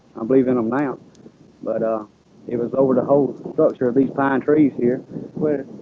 um believe in them now but it was over the whole structure of these pine trees here where?